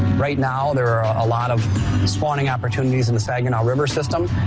right now, there are a lot of spawning opportunities in the saginaw river system.